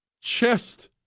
chest